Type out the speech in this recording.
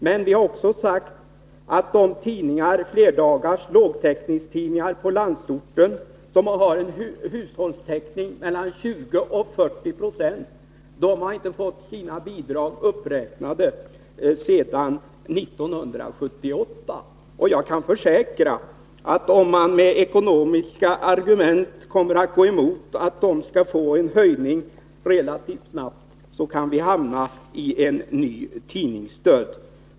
Men vi har också sagt att flerdagars lågtäckningstidningar på landsorten, som har 20-40 70 hushållstäckning, inte har fått sina bidrag uppräknade sedan 1978. Jag kan försäkra, att om man med de ekonomiska argumenten går emot en relativt snar höjning för dem, kan vi hamna i en ny tidningsdöd.